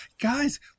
Guys